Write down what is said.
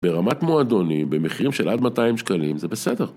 ברמת מועדונים, במחירים של עד 200 שקלים, זה בסדר.